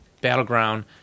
Battleground